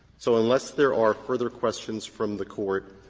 so unless there are further questions from the court